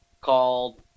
called